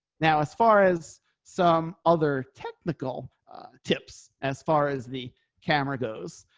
now, as far as some other technical tips as far as the camera goes,